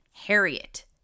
Harriet